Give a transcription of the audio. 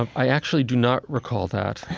um i actually do not recall that.